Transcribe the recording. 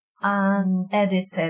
unedited